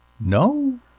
No